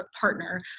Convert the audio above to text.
partner